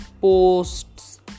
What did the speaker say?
posts